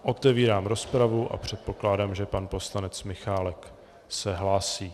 Otevírám rozpravu a předpokládám, že pan poslanec Michálek se hlásí.